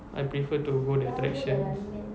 I prefer to go the attraction